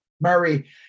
Murray